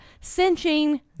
cinching